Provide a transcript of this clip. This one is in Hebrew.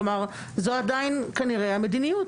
כלומר זו עדיין כנראה המדיניות.